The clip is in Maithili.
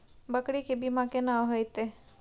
बकरी के बीमा केना होइते?